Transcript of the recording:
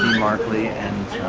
berkeley and